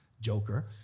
Joker